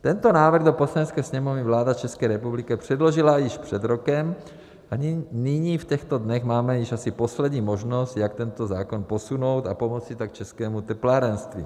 Tento návrh do Poslanecké sněmovny vláda České republiky předložila již před rokem a nyní v těchto dnech máme již asi poslední možnost, jak tento zákon posunout, a pomoci tak českému teplárenství.